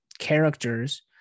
characters